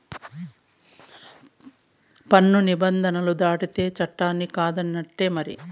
పన్ను నిబంధనలు దాటితే చట్టాలన్ని కాదన్నట్టే మరి